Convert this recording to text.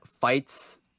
fights